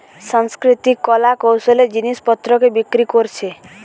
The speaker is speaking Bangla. সাংস্কৃতিক কলা কৌশলের জিনিস পত্রকে বিক্রি কোরছে